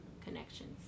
connections